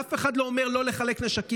אף אחד לא אומר לא לחלק נשקים,